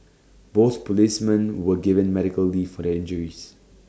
both policemen were given medical leave for their injuries